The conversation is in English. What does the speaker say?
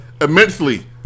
immensely